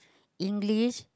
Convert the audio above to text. English